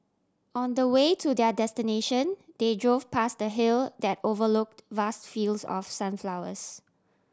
on the way to their destination they drove past a hill that overlooked vast fields of sunflowers